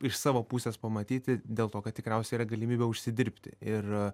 iš savo pusės pamatyti dėl to kad tikriausiai yra galimybė užsidirbti ir